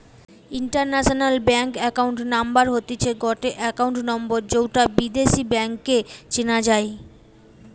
international bank account number হতিছে গটে account number যৌটা বিদেশী ব্যাংকে চেনা যাই